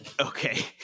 Okay